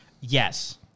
Yes